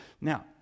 Now